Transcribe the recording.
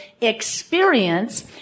experience